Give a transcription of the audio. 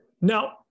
Now